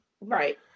Right